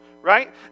right